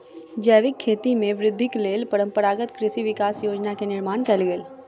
जैविक खेती में वृद्धिक लेल परंपरागत कृषि विकास योजना के निर्माण कयल गेल